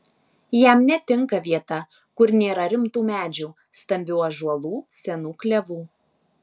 jam netinka vieta kur nėra rimtų medžių stambių ąžuolų senų klevų